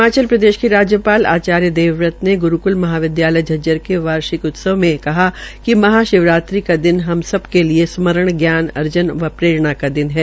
हिमाचल प्रदेश के राज्यपाल आचार्य देववत ने गुरूकल महाविदयालय झज्जर के वार्षिक उत्सव में कहा कि महाशिवरात्रि का दिन हम सबके लिये स्मरण ज्ञान अर्जन व प्ररेणा का दिन है